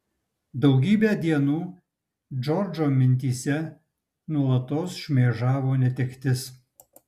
daugybę dienų džordžo mintyse nuolatos šmėžavo netektis